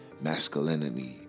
masculinity